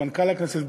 למנכ"ל הכנסת,